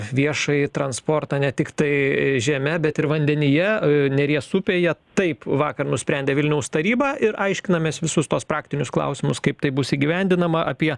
viešąjį transportą ne tiktai žeme bet ir vandenyje neries upėje taip vakar nusprendė vilniaus taryba ir aiškinamės visus tuos praktinius klausimus kaip tai bus įgyvendinama apie